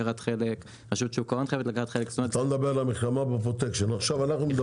אבל צריך לקחת בחשבון שגם אם הדבר הזה יתאפשר ויתוקן החוק,